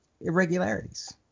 irregularities